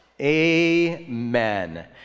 Amen